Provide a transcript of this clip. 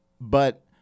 But-